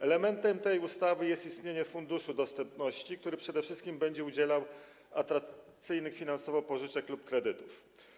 Elementem tej ustawy jest istnienie Funduszu Dostępności, który przede wszystkim będzie udzielał atrakcyjnych finansowo pożyczek lub kredytów.